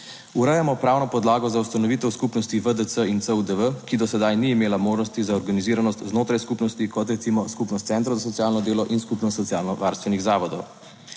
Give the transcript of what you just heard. Urejamo pravno podlago za ustanovitev Skupnosti VDC in CUVD, ki do sedaj ni imela možnosti za organiziranost znotraj skupnosti, kot recimo Skupnost centrov za socialno delo in Skupnost socialnovarstvenih zavodov.